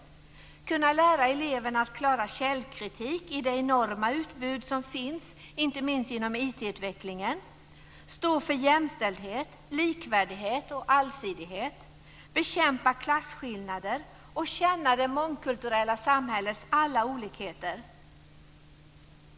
De måste kunna lära eleverna att klara källkritik i det enorma utbud som finns inte minst genom IT-utvecklingen, stå för jämställdhet, likvärdighet och allsidighet, bekämpa klasskillnader och känna det mångkulturella samhällets alla olikheter.